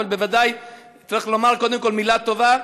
אבל בוודאי צריך לומר קודם כול מילה טובה,